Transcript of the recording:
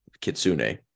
Kitsune